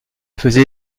faisait